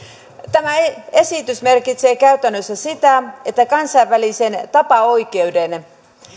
tämä esitys merkitsee käytännössä sitä että kansainvälisen tapaoikeuden